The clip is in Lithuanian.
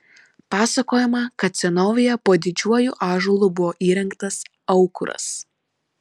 pasakojama kad senovėje po didžiuoju ąžuolu buvo įrengtas aukuras